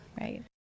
Right